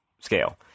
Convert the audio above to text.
scale